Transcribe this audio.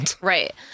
Right